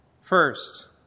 First